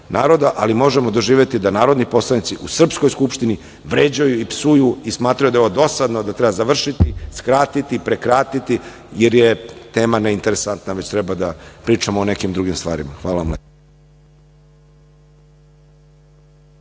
ali možemo doživeti da narodni poslanici u srpskoj Skupštini vređaju, psuju i smatraju da je ovo dosadno, da treba završiti, skratiti, prekratiti, jer je tema neinteresantna, već treba da pričam o nekim drugim stvarima. Hvala.